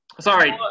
Sorry